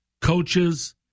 coaches